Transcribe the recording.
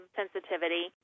sensitivity